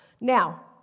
Now